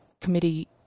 committee